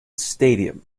stadium